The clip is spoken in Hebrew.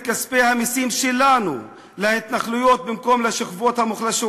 כספי המסים שלנו להתנחלויות במקום לשכבות המוחלשות,